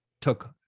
took